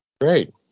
Great